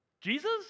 Jesus